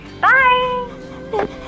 Bye